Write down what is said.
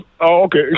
okay